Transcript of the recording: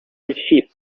receipt